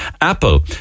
Apple